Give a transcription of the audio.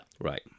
Right